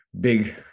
big